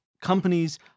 companies